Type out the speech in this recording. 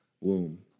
womb